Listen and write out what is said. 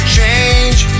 change